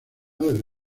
del